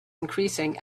increasing